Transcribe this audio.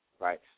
Right